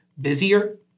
busier